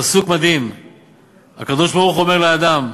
בפסוק מדהים הקדוש-ברוך-הוא אומר לאדם: